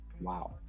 wow